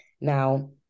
Now